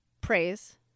praise